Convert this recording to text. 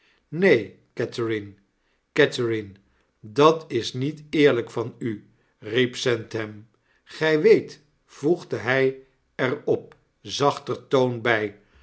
catherine catherine dat is niet eerlflk van u riep sandham gj weet voegde hij er op zachter toon bi